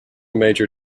major